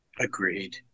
Agreed